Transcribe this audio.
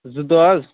زٕ دۄہ حظ